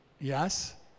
Yes